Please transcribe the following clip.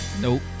Nope